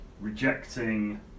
rejecting